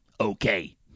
okay